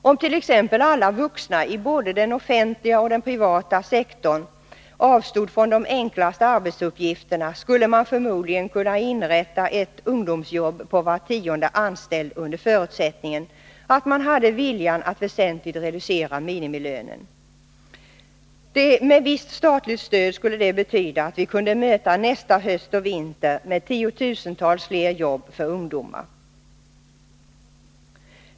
Om t.ex. alla vuxna både i den offentliga och den privata sektorn avstod från de enklaste arbetsuppgifterna skulle man förmodligen kunna inrätta ett ungdomsjobb på var tionde anställd under förutsättning att man hade viljan att väsentligt reducera minimilönen. Med visst statligt stöd skulle det betyda, att vi kunde möta nästa höst och vinter med tiotusentals fler jobb för ungdomar.